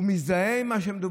הוא מזדהה עם מה שמדובר,